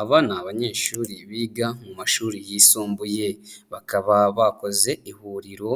Aba ni abanyeshuri biga mu mashuri yisumbuye. Bakaba bakoze ihuriro,